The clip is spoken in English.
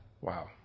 Wow